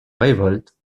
révolte